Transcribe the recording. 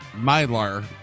mylar